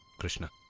krishna